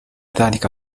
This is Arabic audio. ذلك